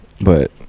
but-